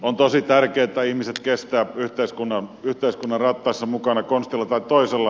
on tosi tärkeätä että ihmiset kestävät yhteiskunnan rattaissa mukana konstilla tai toisella